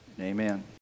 Amen